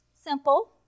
Simple